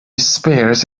spears